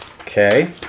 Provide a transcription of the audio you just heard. Okay